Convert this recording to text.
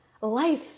life